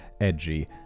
edgy